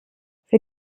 für